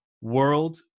World